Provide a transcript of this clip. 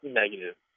negative